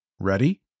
Ready